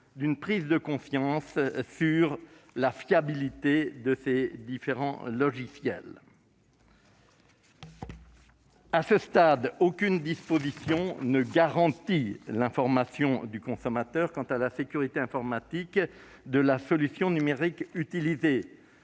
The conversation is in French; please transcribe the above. d'une prise de conscience sur la fiabilité de ces différents logiciels. À ce stade, aucune disposition ne garantit l'information du consommateur quant à la sécurité informatique de la solution numérique utilisée.